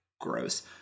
Gross